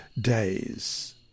days